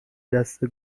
دسته